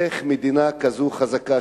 איך מדינה כזאת חזקה,